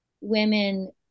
women